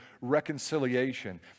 reconciliation